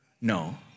no